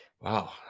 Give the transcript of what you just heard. Wow